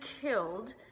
killed